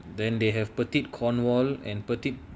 then they have petite cornwall and petite